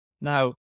Now